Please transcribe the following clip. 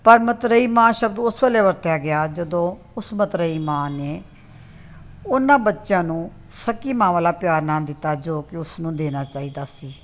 ਪਰ ਮਤਰੇਈ ਮਾਂ ਸ਼ਬਦ ਉਸ ਵੇਲੇ ਵਰਤਿਆ ਗਿਆ ਜਦੋਂ ਉਸ ਮਤਰੇਈ ਮਾਂ ਨੇ ਉਹਨਾਂ ਬੱਚਿਆਂ ਨੂੰ ਸਕੀ ਮਾਂ ਵਾਲਾ ਪਿਆਰ ਨਾ ਦਿੱਤਾ ਜੋ ਕਿ ਉਸ ਨੂੰ ਦੇਣਾ ਚਾਹੀਦਾ ਸੀ